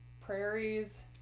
prairies